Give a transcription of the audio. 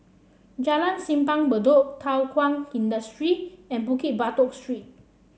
Jalan Simpang Bedok Thow Kwang Industry and Bukit Batok Street